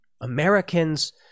Americans